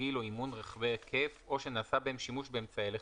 או תרגיל או אימון רחבי היקף או שנעשה בהם שימוש באמצעי לחימה.